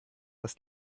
das